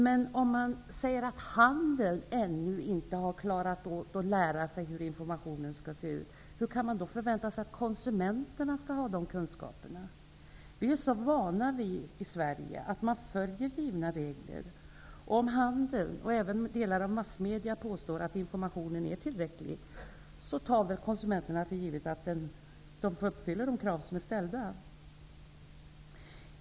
Men om man säger att handeln ännu inte har klarat av att lära sig hur informationen skall se ut, hur kan man då förvänta sig att konsumenterna skall ha dessa kunskaper? Vi i Sverige är ju så vana vid att man följer givna regler. Om handeln, och även delar av massmedia, påstår att informationen är tillräcklig, tar väl konsumenterna för givet att de ställda kraven uppfylls.